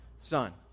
son